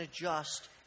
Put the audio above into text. adjust